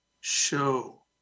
show